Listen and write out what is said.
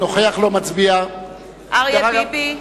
אינו משתתף בהצבעה אריה ביבי,